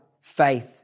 faith